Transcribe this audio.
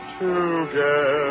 together